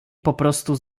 poprostu